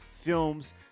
films